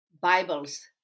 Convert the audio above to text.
Bibles